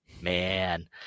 man